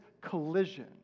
collision